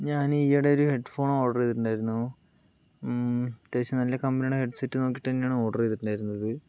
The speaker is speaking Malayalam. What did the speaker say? ഞാന് ഈയിടെ ഒരു ഹെഡ്ഫോൺ ഓർഡർ ചെയ്തിട്ടുണ്ടായിരുന്നു അത്യാവശ്യം നല്ല കമ്പനിയുടെ ഹെഡ്സെറ്റ് തന്നെയാണ് ഓർഡർ ചെയ്തിട്ടുണ്ടായിരുന്നത്